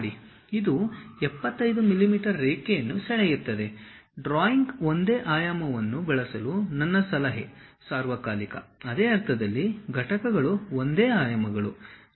ಇದು 75 mm ರೇಖೆಯನ್ನು ಸೆಳೆಯುತ್ತದೆ ಡ್ರಾಯಿಂಗ್ ಒಂದೇ ಆಯಾಮವನ್ನು ಬಳಸಲು ನನ್ನ ಸಲಹೆ ಸಾರ್ವಕಾಲಿಕ ಅದೇ ಅರ್ಥದಲ್ಲಿ ಘಟಕಗಳು ಒಂದೇ ಆಯಾಮಗಳು